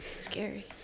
Scary